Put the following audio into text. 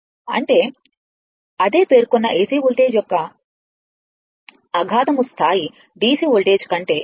అంటే అదే పేర్కొన్న AC వోల్టేజ్ యొక్క అఘాతము స్థాయి DC వోల్టేజ్ కంటే ఎక్కువ